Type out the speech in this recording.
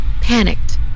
Panicked